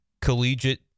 collegiate